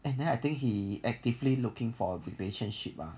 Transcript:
and then I think he actively looking for a relationship ah